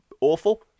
awful